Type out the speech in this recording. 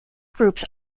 groups